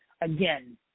again